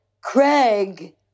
craig